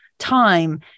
time